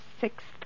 sixth